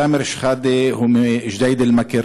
תאמר שחאדה הוא מג'דיידה מכר